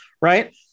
right